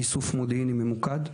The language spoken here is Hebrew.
איסוף מודיעיני ממוקד,